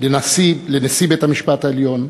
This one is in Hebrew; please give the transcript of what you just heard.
לנשיא בית-המשפט העליון,